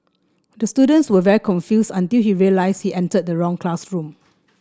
the students were very confused until he realised he entered the wrong classroom